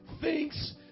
thinks